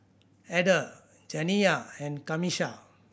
Ada Janiyah and Camisha